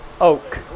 oak